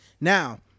Now